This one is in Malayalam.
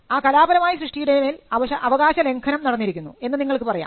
ആ കലാപരമായ സൃഷ്ടിയുടെ മേൽ അവകാശലംഘനം നടന്നിരിക്കുന്നു എന്ന് നിങ്ങൾക്ക് പറയാം